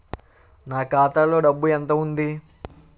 నా ఖాతాలో డబ్బు ఎంత ఉంది?